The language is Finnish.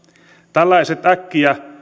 tällaiset äkkiä